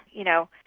you know,